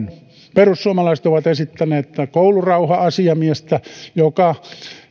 perussuomalaiset ovat esittäneet koulurauha asiamiestä joka